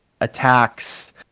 attacks